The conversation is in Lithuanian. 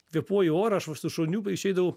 kvėpuoji orą aš va su šuniuku išeidavau